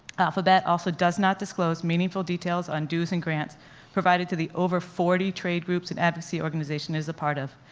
alphabet also does not disclose meaningful details on dues and grants provided to the over forty trade groups and advocacy organizations it is a part of,